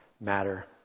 matter